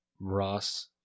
Ross